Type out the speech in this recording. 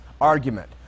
argument